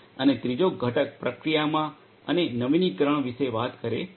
અને ત્રીજો ઘટક પ્રક્રિયામાં અને નવીનીકરણ વિશે વાત કરે છે